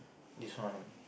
this one only